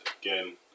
again